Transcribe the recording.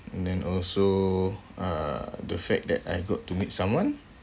and then also uh the fact that I got to meet someone